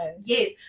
yes